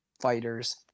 Fighters